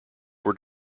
were